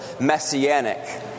messianic